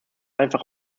einfach